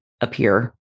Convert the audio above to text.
appear